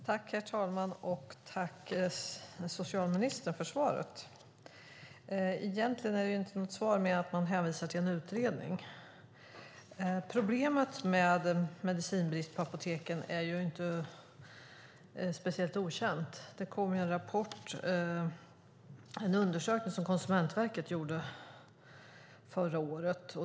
Herr talman! Tack, socialministern, för svaret! Egentligen är det inte något svar mer än att man hänvisar till en utredning. Problemet med medicinbrist på apoteken är inte speciellt okänt. Konsumentverket gjorde en undersökning förra året.